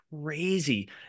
crazy